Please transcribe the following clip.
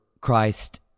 Christ